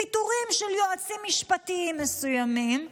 פיטורים של יועצים משפטיים מסוימים,